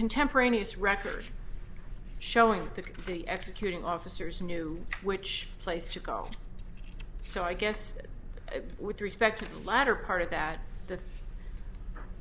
contemporaneous record showing that the executing officers knew which place to go so i guess with respect to the latter part of that the